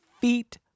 feet